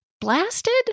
blasted